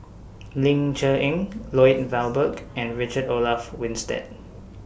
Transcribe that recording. Ling Cher Eng Lloyd Valberg and Richard Olaf Winstedt